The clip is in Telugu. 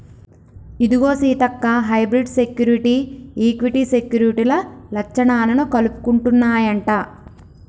ఇదిగో సీతక్క హైబ్రిడ్ సెక్యురిటీ, ఈక్విటీ సెక్యూరిటీల లచ్చణాలను కలుపుకుంటన్నాయంట